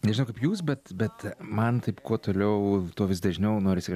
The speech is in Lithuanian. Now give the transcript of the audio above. nežinau kaip jūs bet bet man taip kuo toliau tuo vis dažniau norisi